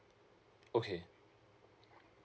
okay